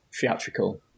theatrical